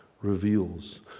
reveals